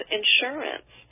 insurance